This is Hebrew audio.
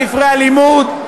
ספרי הלימוד.